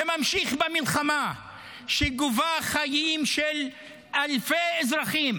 וממשיך במלחמה שגובה חיים של אלפי אזרחים